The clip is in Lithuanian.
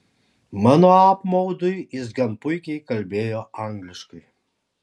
mano apmaudui jis gan puikiai kalbėjo angliškai